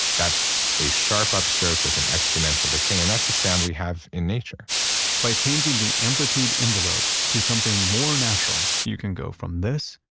that's a sharp upstroke with an exponential decay and that's a sound we have in nature by changing the amplitude envelope to something more natural, you can go from this